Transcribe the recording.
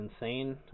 insane